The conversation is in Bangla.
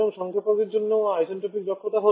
সুতরাং সংক্ষেপক জন্য আইসেন্ট্রপিক দক্ষতা